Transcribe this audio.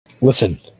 Listen